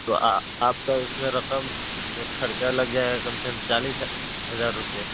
تو آپ کا اس میں رقم خرچہ لگ جائے گا کم سے کم چالیس ہزار روپے